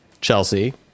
Chelsea